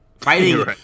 Fighting